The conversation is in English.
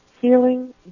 healing